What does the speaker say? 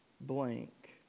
blank